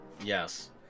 Yes